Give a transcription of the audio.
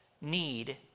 need